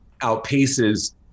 outpaces